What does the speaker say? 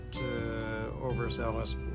overzealous